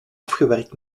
afgewerkt